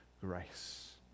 grace